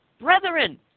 brethren